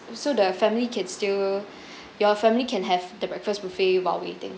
so the family can still your family can have the breakfast buffet while waiting